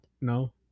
No